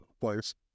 place